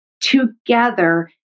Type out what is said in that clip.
together